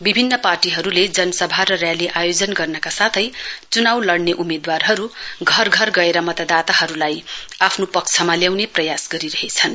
विभिन्न पार्टीहरूले जनसभा र न्याली आयोजना गर्नका साथै च्नाउ लड्ने उम्मेद्वारहरू घर घर गएर मतादातहरूलाई आफ्नो पक्षमा ल्याउने प्रयास गरिरहेछन्